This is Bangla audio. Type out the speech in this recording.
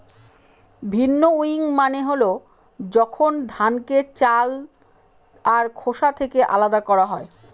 ভিন্নউইং মানে হল যখন ধানকে চাল আর খোসা থেকে আলাদা করা হয়